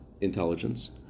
intelligence